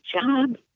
job